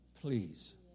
please